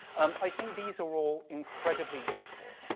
um, i think these are all incredibly useful,